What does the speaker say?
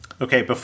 Okay